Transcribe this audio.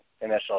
initial